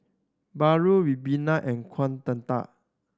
paru ribena and Kueh Dadar